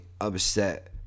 upset